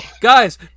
Guys